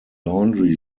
laundry